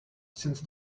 since